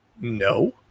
No